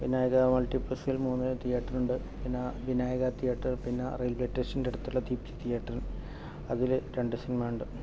പിന്നെ ഇത് മൾട്ടിപ്ലസ്സിൽ മൂന്ന് തിയേറ്റർ ഉണ്ട് പിന്നേ വിനായക തിയേറ്റർ പിന്നേ റെയിൽവേ റ്റേഷന്റെ അടുത്തുള്ള ദീപ്തി തിയേറ്റർ അതിൽ രണ്ട് സിനിമ ഉണ്ട്